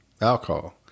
alcohol